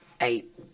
eight